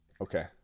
Okay